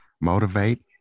motivate